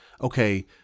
okay